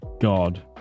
God